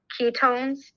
ketones